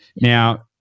now